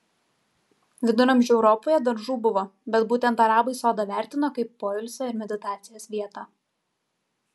viduramžių europoje daržų buvo bet būtent arabai sodą vertino kaip poilsio ir meditacijos vietą